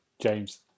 James